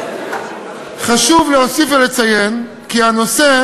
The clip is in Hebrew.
חשוב להוסיף ולציין כי הנושא